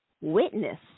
witness